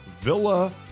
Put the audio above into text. Villa